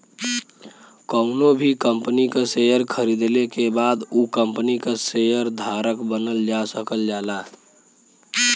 कउनो भी कंपनी क शेयर खरीदले के बाद उ कम्पनी क शेयर धारक बनल जा सकल जाला